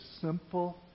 simple